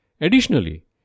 Additionally